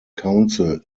council